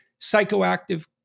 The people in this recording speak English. psychoactive